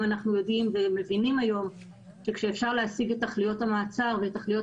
אנחנו יודעים ומבינים היום שאפשר להשיג את תכליות המעצר ואת תכליות